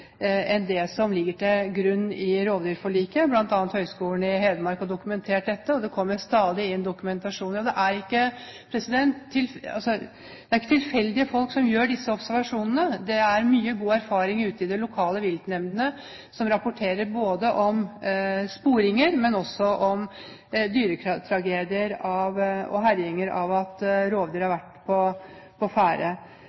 enn det som ligger til grunn i rovdyrforliket. Blant annet har Høgskolen i Hedmark dokumentert dette, og det kommer stadig inn dokumentasjoner. Det er ikke tilfeldige folk som gjør disse observasjonene. Det er mye god erfaring ute i de lokale viltnemndene som rapporterer både om sporinger, dyretragedier og herjinger der rovdyr har